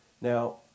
Now